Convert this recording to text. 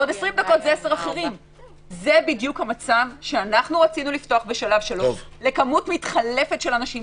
זה המצב שרצינו לפתוח בשלב 3 לכמות מתחלפת של אנשים.